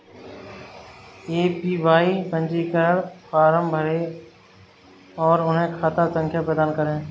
APY पंजीकरण form भरें और उन्हें खाता संख्या प्रदान करें